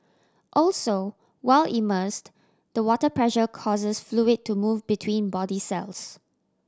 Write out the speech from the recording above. also while immersed the water pressure causes fluid to move between body cells